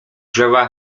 drzewa